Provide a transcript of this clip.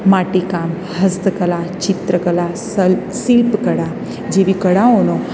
માટીકામ હસ્તકલા ચિત્રકલા શિલ્પ કળા જેવી કળાઓનો